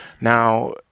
Now